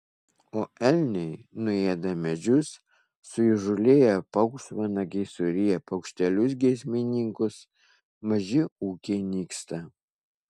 o elniai nuėda medžius suįžūlėję paukštvanagiai suryja paukštelius giesmininkus maži ūkiai nyksta